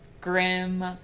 grim